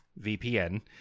VPN